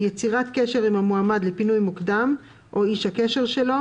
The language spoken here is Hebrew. יצירת קשר עם המועמד לפינוי מוקדם או איש הקשר שלו